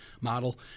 model